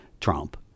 Trump